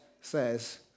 says